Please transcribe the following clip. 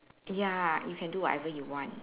ya you can do whatever you want